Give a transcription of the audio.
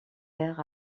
vers